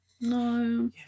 No